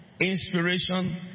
inspiration